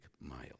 miles